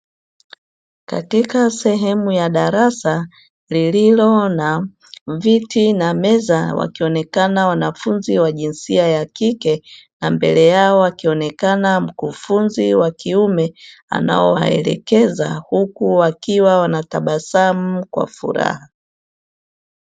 Katika sehemu ya darasa lililo na viti na meza, wakionekana wanafunzi wa jinsia ya kike na mbele yao akionekana mkufunzi wa kiume, anaowaelekeza huku wakiwa wanatabasamu kwa furaha.